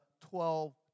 twelve